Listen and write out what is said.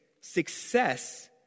success